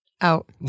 out